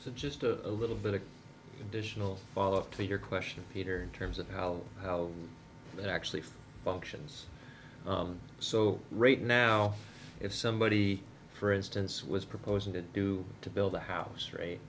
so just a little bit of additional follow up to your question peter in terms of how it actually functions so right now if somebody for instance was proposing to do to build a house